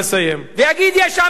ויגיד: יש עם ישראל,